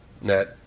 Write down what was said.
net